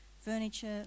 Furniture